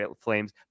Flames